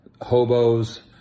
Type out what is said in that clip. hobos